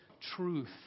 truth